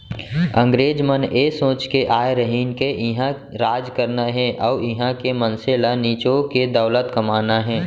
अंगरेज मन ए सोच के आय रहिन के इहॉं राज करना हे अउ इहॉं के मनसे ल निचो के दौलत कमाना हे